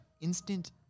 instant